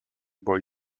boi